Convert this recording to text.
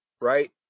right